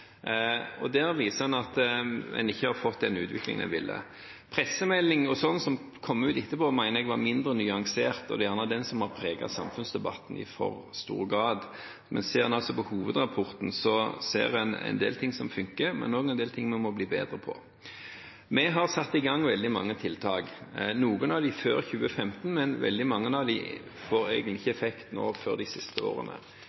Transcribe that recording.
og der viser en at en ikke har fått den utviklingen en ville. Pressemeldingen som kom ut etterpå, mener jeg var mindre nyansert, og det er gjerne den som har preget samfunnsdebatten i for stor grad. Men ser en på hovedrapporten, ser en en del ting som funker, men også en del ting vi må bli bedre på. Vi har satt i gang veldig mange tiltak, noen av dem før 2015, men veldig mange av dem får egentlig ikke effekt før i de siste årene.